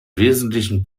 wesentlichen